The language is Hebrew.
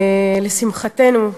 לשמחתנו,